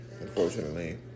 unfortunately